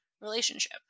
relationship